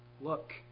Look